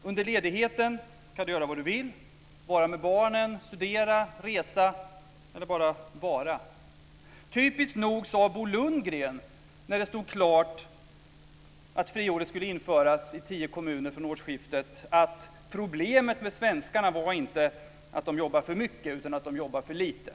Under ledigheten kan man göra vad man vill, t.ex. vara med barnen, studera, resa eller bara vara. Typiskt nog sade Bo Lundgren, när det stod klart att friåret skulle införas i tio kommuner från årsskiftet, att problemet med svenskarna inte var att de jobbade för mycket utan att de jobbade för lite.